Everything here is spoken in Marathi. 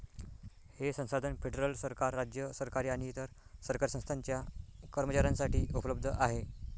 हे संसाधन फेडरल सरकार, राज्य सरकारे आणि इतर सरकारी संस्थांच्या कर्मचाऱ्यांसाठी उपलब्ध आहे